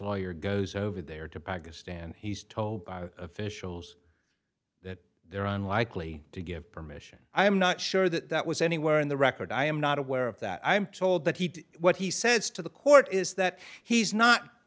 lawyer goes over there to pakistan he's told officials that there are unlikely to give permission i am not sure that that was anywhere in the record i am not aware of that i am told that he did what he says to the court is that he's not